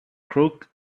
crook